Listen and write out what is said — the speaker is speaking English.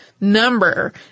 number